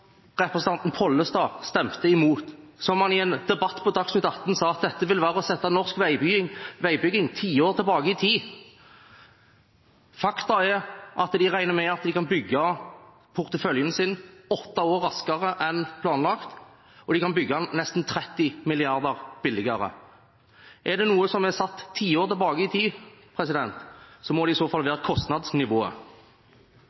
representanten Pollestad stemte imot, og som han i en debatt på Dagsnytt 18 sa ville være å sette norsk veibygging tiår tilbake i tid. Fakta er at de regner med å kunne bygge porteføljen sin åtte år raskere enn planlagt, og de kan bygge den nesten 30 mrd. kr billigere. Er det noe som er satt tiår tilbake i tid, må det i så fall